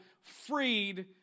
freed